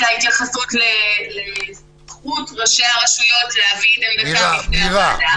ההתייחסות לזכות ראשי הרשויות להביא את עמדתם בפני הוועדה.